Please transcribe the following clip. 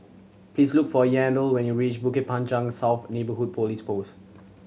please look for Yandel when you reach Bukit Panjang South Neighbourhood Police Post